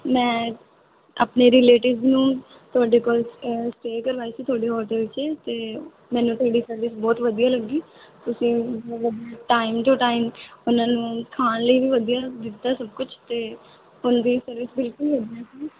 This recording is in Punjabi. ਮੈਂ ਆਪਣੇ ਰੀਲੇਟਿਵਜ਼ ਨੂੰ ਤੁਹਾਡੇ ਕੋਲ਼ ਸਟੇਅ ਕਰਵਾਈ ਸੀ ਤੁਹਾਡੇ ਹੋਟਲ 'ਚ ਅਤੇ ਮੈਨੂੰ ਤੁਹਾਡੀ ਸਰਵਿਸ ਬਹੁਤ ਵਧੀਆ ਲੱਗੀ ਤੁਸੀਂ ਮਤਲਬ ਟਾਈਮ ਟੂ ਟਾਈਮ ਉਹਨਾਂ ਨੂੰ ਖਾਣ ਲਈ ਵੀ ਵਧੀਆ ਦਿੱਤਾ ਸਭ ਕੁਝ ਅਤੇ ਰੂਮ ਦੀ ਸਰਵਿਸ ਬਿਲਕੁਲ ਵਧੀਆ ਸੀ